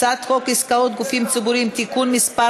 הצעת חוק עסקאות גופים ציבוריים (תיקון מס'